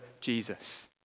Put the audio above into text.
Jesus